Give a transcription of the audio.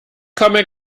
komme